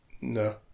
No